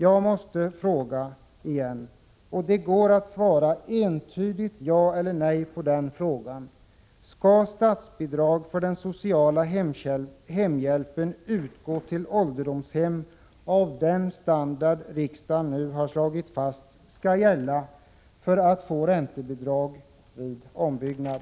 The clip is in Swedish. Jag måste fråga igen, och det går att svara entydigt ja eller nej på den frågan: Skall statsbidrag för den sociala hemhjälpen utgå till ålderdomshem av den standard som enligt vad riksdagen nu har slagit fast skall gälla för att man skall få räntebidrag vid ombyggnad?